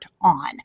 on